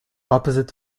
opposite